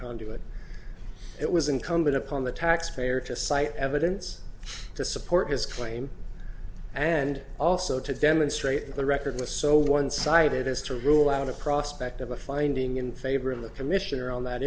conduit it was incumbent upon the taxpayer to cite evidence to support his claim and also to demonstrate that the record was so one sided as to rule out a prospect of a finding in favor of the commissioner on that